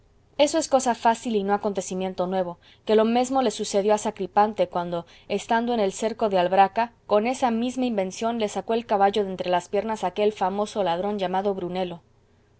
eso es cosa fácil y no acontecimiento nuevo que lo mesmo le sucedió a sacripante cuando estando en el cerco de albraca con esa misma invención le sacó el caballo de entre las piernas aquel famoso ladrón llamado brunelo